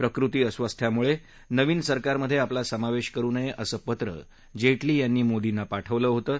प्रकृती अस्वास्थामुळे नवीन सरकारमधे आपला समावेश करु नये असं पत्र जेटली यांनी मोदींना पाठवलं होतं